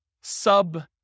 sub